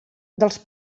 dels